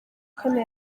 kane